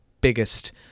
biggest